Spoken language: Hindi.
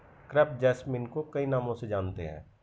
क्रेप जैसमिन को कई नामों से जानते हैं